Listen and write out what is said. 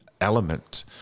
element